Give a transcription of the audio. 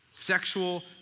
Sexual